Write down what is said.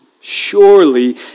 Surely